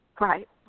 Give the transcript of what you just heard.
Right